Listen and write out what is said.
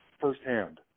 firsthand